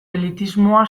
elitismoa